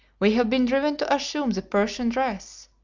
we have been driven to assume the persian dress!